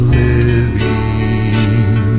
living